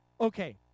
Okay